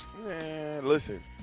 listen